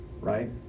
right